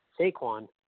Saquon